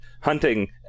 hunting